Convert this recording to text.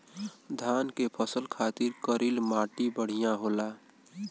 धान के फसल खातिर करील माटी बढ़िया होला